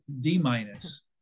D-minus